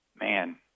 man